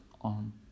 on